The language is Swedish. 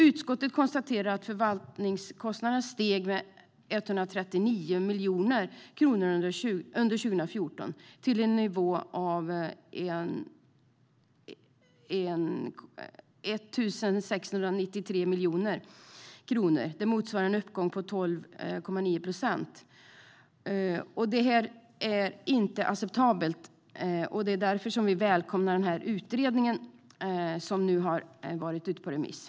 Utskottet konstaterar att förvaltningskostnaderna steg med 139 miljoner kronor under 2014, till en nivå av 1 693 miljoner kronor. Det motsvarar en uppgång på 12,9 procent. Det är inte acceptabelt, och det är därför vi välkomnar den utredning som nu har varit ute på remiss.